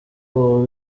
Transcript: uwo